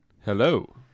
Hello